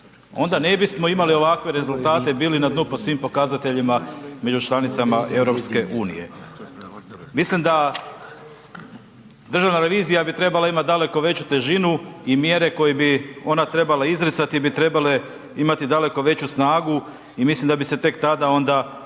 onda ne bismo imali ovakve rezultati, bili na dnu po svim pokazateljima među članicama EU-a. Mislim da Državna revizija bi trebala imati daleko veću težinu i mjere koje bi trebala izricati bi trebale imati daleko veću snagu i mislim da bi se tek tada onda